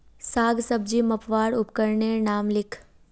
साग सब्जी मपवार उपकरनेर नाम लिख?